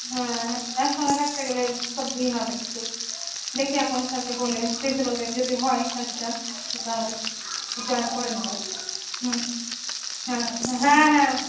হ্যাঁ একসঙ্গে থাকতে গেলে একটু তো ই হবে একটু দেখি এখন স্যারকে বলে প্রিন্সিপালকে যদি হয় এই কাজটা তো তাহলে জয়েন করে নেবো হুম হ্যাঁ হ্যাঁ হ্যাঁ হ্যাঁ